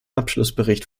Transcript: abschlussbericht